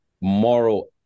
moral